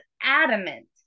adamant